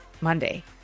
Monday